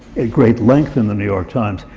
at great length in the new york times.